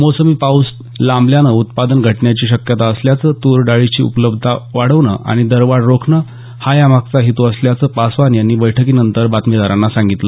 मोसमी पाऊस लांबल्यानं उत्पादन घटण्याची शक्यता असल्यानं तूर डाळीची उपलब्धता वाढवणं आणि दरवाढ रोखणं हा यामागचा हेतू असल्याचं पासवान यांनी बैठकीनंतर बातमीदारांना सांगितलं